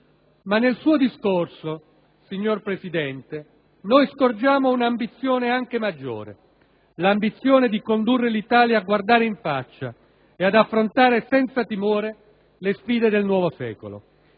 Ma nel suo discorso, signor Presidente, noi scorgiamo un'ambizione anche maggiore. L'ambizione di condurre l'Italia a guardare in faccia e ad affrontare senza timore le sfide del nuovo secolo.